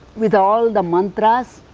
with all the mantras,